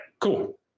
cool